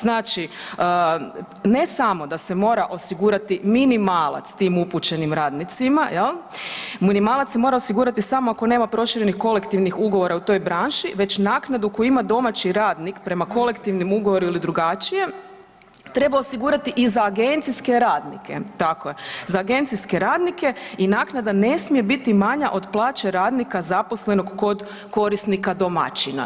Znači, ne samo da se mora osigurati minimalac tim upućenim radnicima, jel, minimalac se mora osigurati samo ako nema proširenih kolektivnih ugovora u toj branši već naknadu koju ima domaći radnik prema kolektivnom ugovoru ili drugačije treba osigurati i za agencijske radnike, tako je, za agencijske radnike i naknada ne smije biti manja od plaće radnika zaposlenog kod korisnika domaćina.